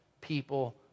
people